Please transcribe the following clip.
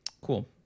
Cool